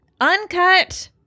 uncut